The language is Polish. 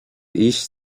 iść